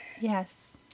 Yes